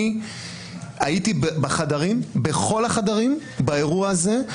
הייתי בכל החדרים באירוע הזה,